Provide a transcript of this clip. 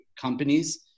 companies